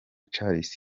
charles